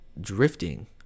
drifting